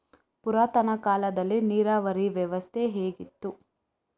ಪುರಾತನ ಕಾಲದಲ್ಲಿ ನೀರಾವರಿ ವ್ಯವಸ್ಥೆ ಹೇಗಿತ್ತು?